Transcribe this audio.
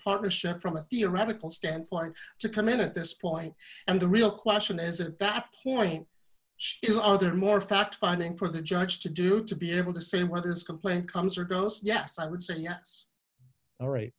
partnership from a theoretical standpoint to come in at this point and the real question is at that point she has other more fact finding for the judge to do to be able to say mother's complaint comes or goes yes i would say yes all right